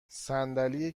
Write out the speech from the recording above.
صندلی